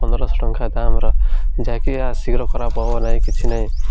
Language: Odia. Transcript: ପନ୍ଦରଶହ ଟଙ୍କା ଦାମର ଯାହାକି ଆ ଶୀଘ୍ର ଖରାପ ହବ ନାହିଁ କିଛି ନାହିଁ